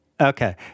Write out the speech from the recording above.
okay